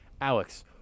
Alex